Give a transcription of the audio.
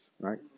right